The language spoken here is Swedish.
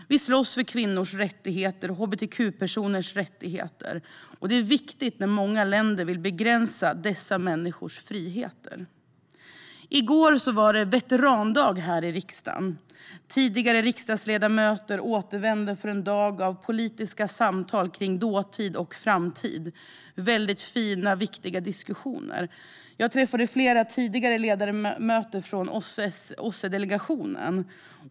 Vi slåss för kvinnors rättigheter och hbtq-personers rättigheter. Det är viktigt när många länder vill begränsa dessa människors friheter. I går var det veterandag här i riksdagen. Tidigare riksdagsledamöter återvände för en dag av politiska samtal om dåtid och framtid - väldigt fina och viktiga diskussioner. Jag träffade flera tidigare ledamöter från OSSE-delegationen.